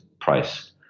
price